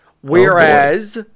Whereas